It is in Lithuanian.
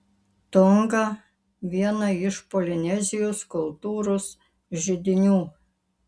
tonga viena iš polinezijos kultūros židinių